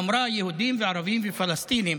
אמרה: יהודים וערבים ופלסטינים.